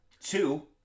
Two